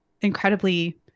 incredibly